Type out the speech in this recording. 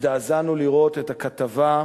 הזדעזענו לראות את הכתבה,